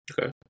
Okay